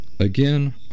Again